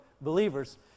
believers